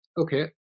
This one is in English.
Okay